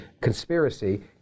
conspiracy